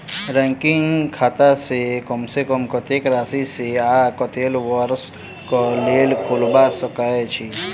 recurring खाता कम सँ कम कत्तेक राशि सऽ आ कत्तेक वर्ष कऽ लेल खोलबा सकय छी